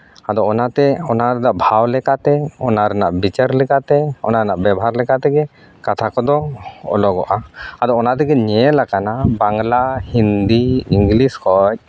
ᱟᱫᱚ ᱚᱱᱟᱛᱮ ᱚᱱᱟ ᱨᱮᱱᱟᱜ ᱵᱷᱟᱣ ᱞᱮᱠᱟᱛᱮ ᱚᱱᱟ ᱨᱮᱱᱟᱜ ᱵᱤᱪᱟᱹᱨ ᱞᱮᱠᱟᱛ ᱮ ᱚᱱᱟ ᱨᱮᱱᱟᱜ ᱵᱮᱵᱷᱟᱨ ᱞᱮᱠᱟᱛᱮᱜᱮ ᱠᱟᱛᱷᱟ ᱠᱚᱫᱚ ᱚᱞᱚᱜᱚᱜᱼᱟ ᱟᱫᱚ ᱚᱱᱟᱛᱮᱜᱮ ᱧᱞᱟᱠᱟᱱᱟ ᱵᱟᱝᱞᱟ ᱦᱤᱱᱫᱤ ᱤᱝᱞᱤᱥ ᱠᱷᱚᱡ